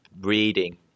reading